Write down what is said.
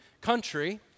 country